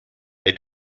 they